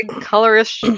colorist